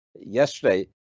yesterday